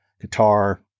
guitar